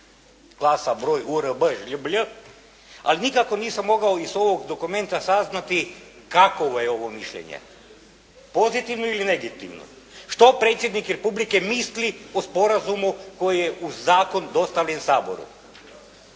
žljblj, ali nikako nisam mogao iz ovog dokumenta saznati kakovo je ovo mišljenje, pozitivno ili negativno. Što Predsjednik Republike misli o sporazumu koji je uz zakon dostavljen Saboru?